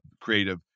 creative